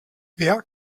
wer